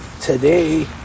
today